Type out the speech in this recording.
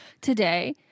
today